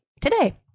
today